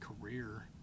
Career